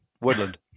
Woodland